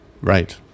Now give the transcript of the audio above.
Right